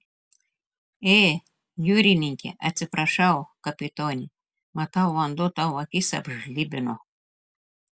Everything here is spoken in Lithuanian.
ė jūrininke atsiprašau kapitone matau vanduo tau akis apžlibino